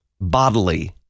bodily